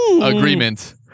agreement